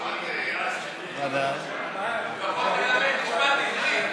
לפחות תלמד משפט עברי.